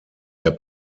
der